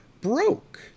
broke